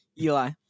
Eli